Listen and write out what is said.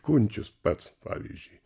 kunčius pats pavyzdžiui